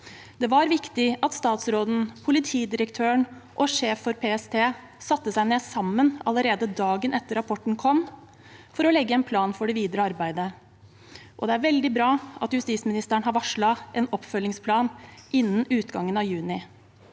Det var viktig at statsråden, politidirektøren og sjefen for PST satte seg ned sammen allerede dagen etter at rapporten kom, for å legge en plan for det videre arbeidet, og det er veldig bra at justisministeren har varslet en oppfølgingsplan innen utgangen av juni.